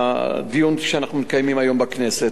הדיון שאנחנו מקיימים היום בכנסת.